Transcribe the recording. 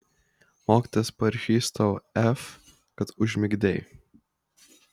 mokytojas parašys tau f kad užmigdei